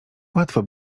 łatwo